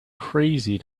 crazy